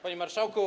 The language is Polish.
Panie Marszałku!